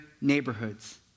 neighborhoods